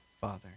Father